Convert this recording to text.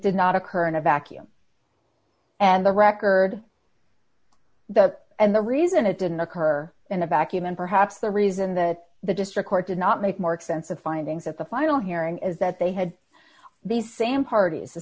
did not occur in a vacuum and the record the and the reason it didn't occur in a vacuum and perhaps the reason that the district court did not make more extensive findings at the final hearing is that they had these same parties the